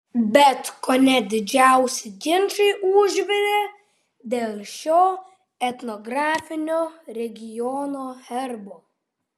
bet kone didžiausi ginčai užvirė dėl šio etnografinio regiono herbo